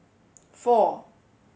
four